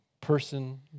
person